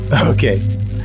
Okay